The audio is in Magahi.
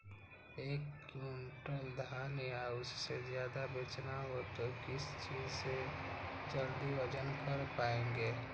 एक क्विंटल धान या उससे ज्यादा बेचना हो तो किस चीज से जल्दी वजन कर पायेंगे?